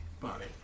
body